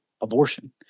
Abortion